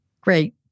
Great